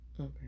Okay